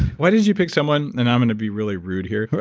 why did you pick someone, and i'm going to be really rude here.